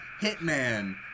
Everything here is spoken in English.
Hitman